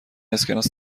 اسکناس